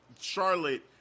Charlotte